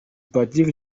patrick